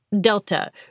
Delta